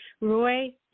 Roy